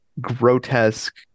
grotesque